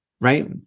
Right